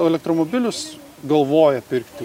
elektromobilius galvoja pirkti